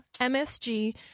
MSG